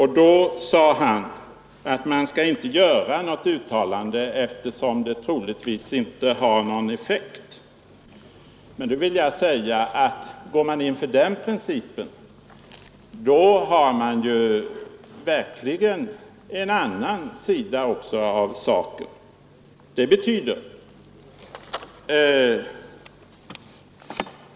Han sade då att man inte skall göra något uttalande eftersom det troligtvis inte har någon effekt. Jag vill påpeka att går man in för den principen, då måste man också beakta en annan sida av saken.